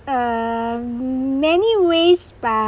um many ways but